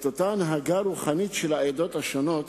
את אותה הנהגה רוחנית של העדות השונות,